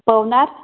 Pavnar